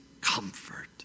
comfort